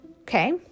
Okay